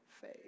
faith